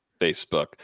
Facebook